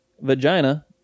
vagina